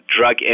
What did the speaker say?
drug